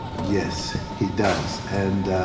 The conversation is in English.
yes, he does. and